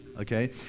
okay